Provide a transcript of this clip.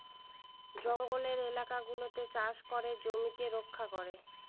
জঙ্গলের এলাকা গুলাতে চাষ করে জমিকে রক্ষা করে